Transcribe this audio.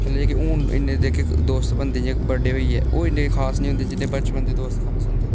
अजकल हून जेह्के दोस्त बनदे बड्डे होइयै ओह् इन्ने खास निं होंदे जिन्ने बचपन दे दोस्त खास होंदे